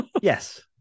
yes